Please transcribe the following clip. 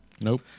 Nope